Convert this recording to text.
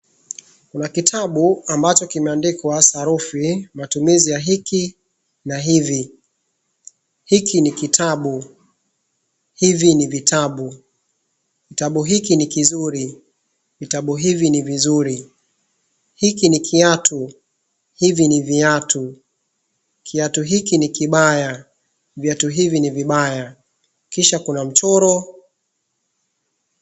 Kuna kitabu ambacho kimeandikwa sarufi, matumizi ya hiki na hivi. Hiki ni kitabu, hivi ni vitabu, kitabu hiki ni kizuri, vitabu hivi ni vizuri. Hiki ni kiatu, hivi ni viatu, kiatu hiki ni kibaya, viatu hivi ni vibaya, kisha kuna mchoro.